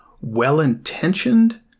well-intentioned